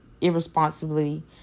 irresponsibly